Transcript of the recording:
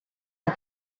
are